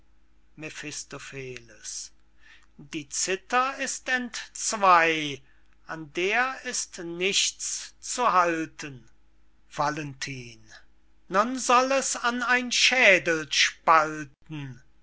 mephistopheles die zither ist entzwey an der ist nichts zu halten valentin nun soll es an ein schedelspalten